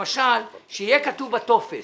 למשל, שיהיה כתוב בטופס,